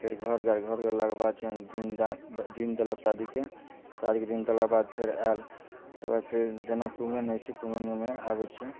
फेर घर गेल घर गेलाके बाद दिन दिन देलक शादीके शादीके दिन देलाके बाद फेर आएल तेकर बाद फेर जेना कुम्हरम होइत छै कुम्हरमोमे आबैत छै